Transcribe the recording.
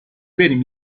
بریم